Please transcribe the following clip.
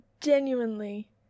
genuinely